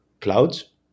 clouds